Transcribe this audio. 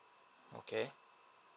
okay